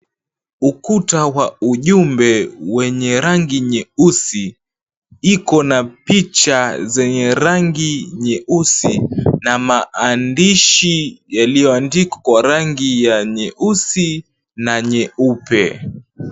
Ukuta wa ujumbe, wenye rangi nyeusi, ikona picha zenye rangi nyeusi na maandishi yaliyoandikwa kwa rangi ya nyeusi na nyeupe.